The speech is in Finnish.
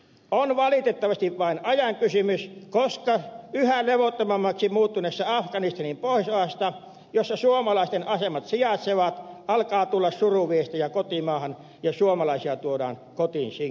on valitettavasti vain ajan kysymys koska yhä levottomammaksi muuttuneesta afganistanin pohjoisosasta jossa suomalaisten asemat sijaitsevat alkaa tulla suruviestejä kotimaahan ja suomalaisia tuodaan kotiin sinkkiarkuissa